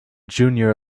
junior